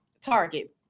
target